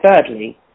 thirdly